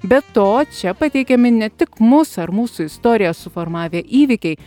be to čia pateikiami ne tik mus ar mūsų istoriją suformavę įvykiai